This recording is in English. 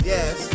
Yes